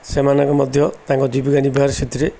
ସେମାନଙ୍କୁ ମଧ୍ୟ ତାଙ୍କ ଜୀବିକା ନିର୍ବାହ ସେଥିରେ